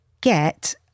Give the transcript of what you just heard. get